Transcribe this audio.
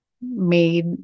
made